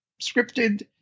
scripted